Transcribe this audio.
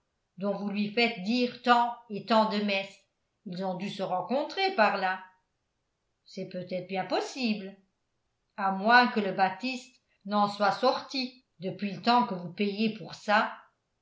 dont vous lui faites dire tant et tant de messes ils ont dû se rencontrer par là c'est peut-être bien possible à moins que le baptiste n'en soit sorti depuis le temps que vous payez pour ça